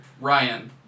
Ryan